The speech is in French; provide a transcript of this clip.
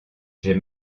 j’ai